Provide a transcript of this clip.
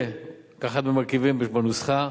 וכאחד המרכיבים בנוסחה,